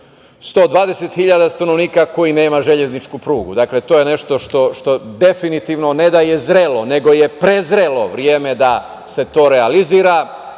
120.000 stanovnika koji nema železničku prugu. To je nešto što definitivno ne da je zrelo, nego je prezrelo vreme da se to realizuje